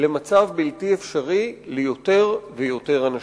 למצב בלתי אפשרי ליותר ויותר אנשים.